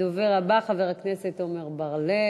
הדובר הבא, חבר הכנסת עמר בר-לב.